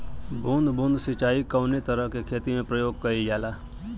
बूंद बूंद सिंचाई कवने तरह के खेती में प्रयोग कइलजाला?